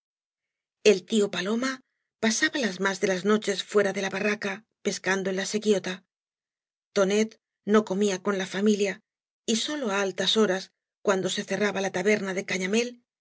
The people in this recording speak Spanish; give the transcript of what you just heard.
el tío paloma pasaba las más de las noches fuera de la barraca pescando en la se quiota tonet no comía con la familia y sólo á altas horas cuando se cerraba la taberna de cañamél